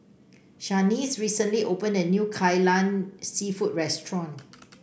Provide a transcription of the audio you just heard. Shanice recently opened a new Kai Lan seafood restaurant